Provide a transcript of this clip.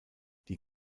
die